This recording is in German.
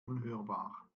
unhörbar